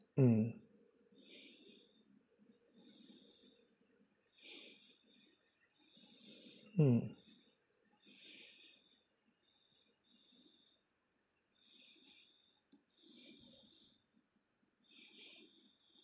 mm mm